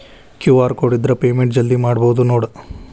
QR code ಇದ್ರ payment ಜಲ್ದಿ ಮಾಡಬಹುದು ನೋಡ್